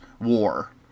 war